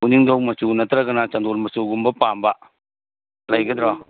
ꯎꯅꯤꯡꯊꯧ ꯃꯆꯨ ꯅꯠꯇ꯭ꯔꯒꯅ ꯆꯟꯗꯣꯟ ꯃꯆꯨꯒꯨꯝꯕ ꯄꯥꯝꯕ ꯂꯩꯒꯗ꯭ꯔꯣ